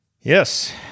Yes